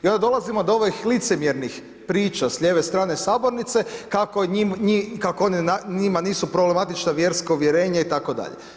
Ja dolazim od ovih licemjernih priča s lijeve strane sabornice, kako njima nisu problematična vjersko uvjerenje itd.